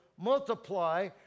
multiply